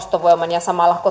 ja